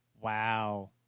Wow